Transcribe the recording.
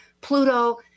Pluto